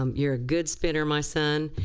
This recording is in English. um you're a good spinner my son,